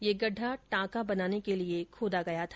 यह गड्ढा टांका बनाने के लिए खोदा गया था